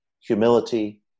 humility